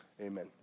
Amen